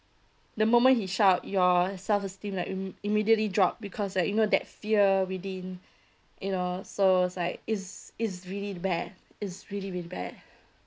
the moment he shout your self esteem like im~ immediately drop because like you know that fear within you know so is like is is really bad is really really bad